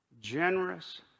Generous